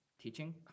teaching